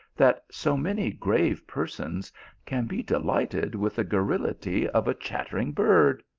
that so many grave persons can be de lighted with the garrulity of a chattering bird?